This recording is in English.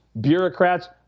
bureaucrats